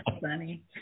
funny